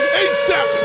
asap